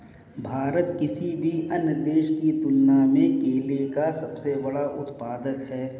भारत किसी भी अन्य देश की तुलना में केले का सबसे बड़ा उत्पादक है